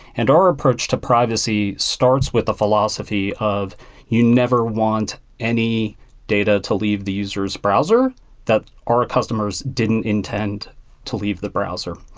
and our approach to privacy starts with the philosophy of you never want any data to leave the user's browser that our customers didn't intend to leave the browser.